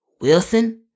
Wilson